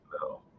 No